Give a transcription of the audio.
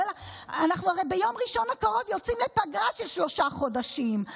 הרי אנחנו יוצאים ביום ראשון הקרוב לפגרה של שלושה חודשים,